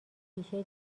ریشه